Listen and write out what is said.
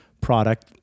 product